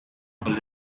all